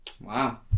wow